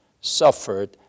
suffered